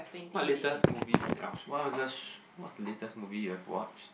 what latest movies yours what was the what the latest movie you have watched